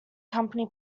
company